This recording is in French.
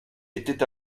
était